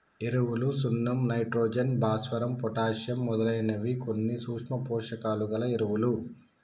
ఎరువులు సున్నం నైట్రోజన్, భాస్వరం, పొటాషియమ్ మొదలైనవి కొన్ని సూక్ష్మ పోషకాలు గల ఎరువులు